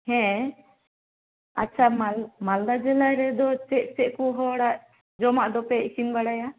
ᱦᱮᱸ ᱟᱪᱪᱷᱟ ᱢᱟᱞ ᱢᱟᱞᱫᱟ ᱡᱮᱞᱟ ᱨᱮᱫᱚ ᱪᱮᱫ ᱪᱮᱫ ᱠᱚ ᱦᱚᱲᱟᱜ ᱡᱚᱢᱟᱜ ᱫᱚᱯᱮ ᱤᱥᱤᱱ ᱵᱟᱲᱟᱭᱟ